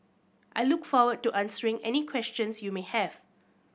I look forward to answering any questions you may have